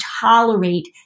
tolerate